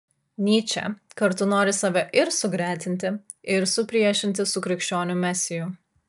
nyčė kartu nori save ir sugretinti ir supriešinti su krikščionių mesiju